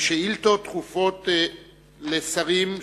שאילתות דחופות לשרים,